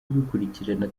kubikurikirana